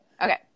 Okay